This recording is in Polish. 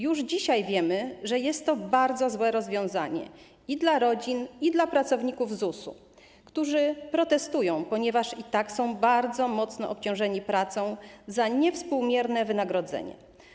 Już dzisiaj wiemy, że jest to bardzo złe rozwiązanie i dla rodzin, i dla pracowników ZUS-u, którzy protestują, ponieważ są bardzo mocno obciążeni pracą za niewspółmierne wynagrodzenie.